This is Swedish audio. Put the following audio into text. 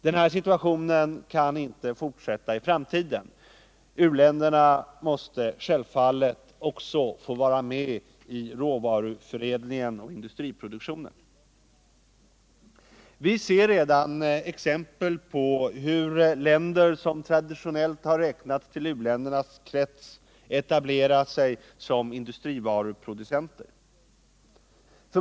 Den situationen kan inte fortsätta i framtiden, utan u-länderna måste självfallet också få vara med i råvaruförädlingen och industriproduktionen. Vi ser redan exempel på hur länder som traditionellt har räknats till uländernas krets har etablerat sig som industrivaruproducenter.